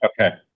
Okay